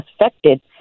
affected